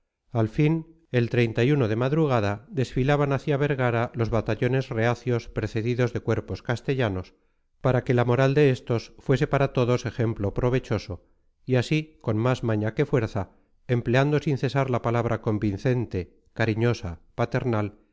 al fin el de madrugada desfilaban hacia vergara los batallones reacios precedidos de cuerpos castellanos para que la moral de estos fuese para todos ejemplo provechoso y así con más maña que fuerza empleando sin cesar la palabra convincente cariñosa paternal